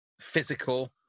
physical